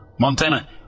Montana